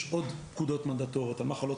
יש עוד פקודות מנדטוריות על מחלות